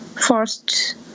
first